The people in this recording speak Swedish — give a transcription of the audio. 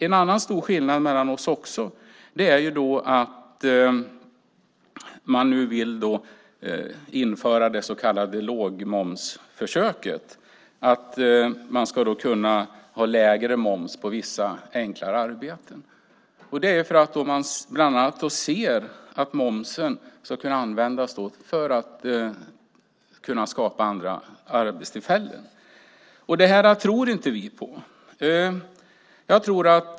En annan stor skillnad mellan oss är att majoriteten vill införa det så kallade lågmomsförsöket. Man ska kunna ha lägre moms på vissa enklare arbeten för att skapa fler arbetstillfällen. Det tror vi inte på.